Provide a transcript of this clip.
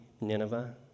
Nineveh